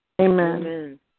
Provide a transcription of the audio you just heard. Amen